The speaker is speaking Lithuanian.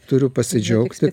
turiu pasidžiaugti